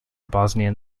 bosnian